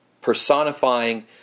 personifying